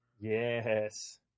Yes